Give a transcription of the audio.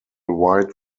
wide